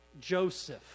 joseph